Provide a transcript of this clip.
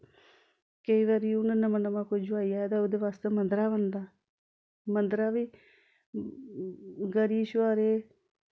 केईं बारी हून नमां नमां कोई जोआई आए दा होऐ ओह्दे बास्तै मद्धरा बनदा मद्धरा बी गरी छुहारे